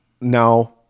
Now